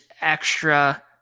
extra